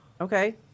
Okay